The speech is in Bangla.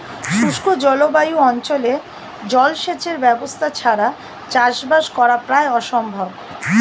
শুষ্ক জলবায়ু অঞ্চলে জলসেচের ব্যবস্থা ছাড়া চাষবাস করা প্রায় অসম্ভব